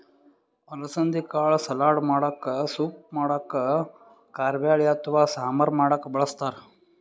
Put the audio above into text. ಅಲಸಂದಿ ಕಾಳ್ ಸಲಾಡ್ ಮಾಡಕ್ಕ ಸೂಪ್ ಮಾಡಕ್ಕ್ ಕಾರಬ್ಯಾಳಿ ಅಥವಾ ಸಾಂಬಾರ್ ಮಾಡಕ್ಕ್ ಬಳಸ್ತಾರ್